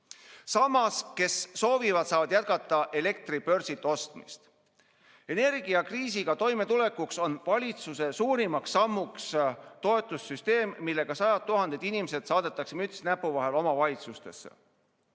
Samas, kes soovivad, saavad jätkata elektri börsilt ostmist. Energiakriisiga toimetulekuks on valitsuse suurim samm toetussüsteem, mille korral sajad tuhanded inimesed saadetakse, müts näpu vahel, omavalitsustesse.